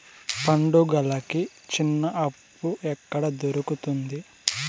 పండుగలకి చిన్న అప్పు ఎక్కడ దొరుకుతుంది